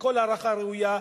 בכל ההערכה הראויה,